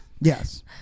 Yes